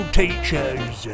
teachers